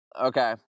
okay